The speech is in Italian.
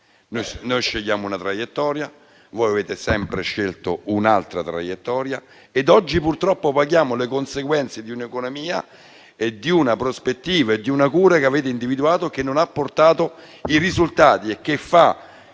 Noi scegliamo una traiettoria, voi ne avete sempre scelto un'altra ed oggi purtroppo paghiamo le conseguenze di un'economia, di una prospettiva e di una cura che avete individuato che non ha portato i risultati e che fa